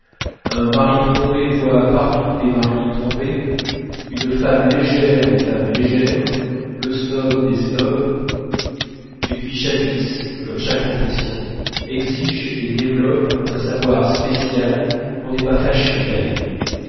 un mari trompé voit partout des maris trompés une femme légère des femmes légères le snob des snobs et puis chaque vice comme chaque profession exige et développe un savoir spécial qu'on n'est pas fâché d'étaler